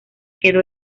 quedó